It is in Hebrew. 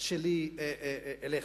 שלי אליך.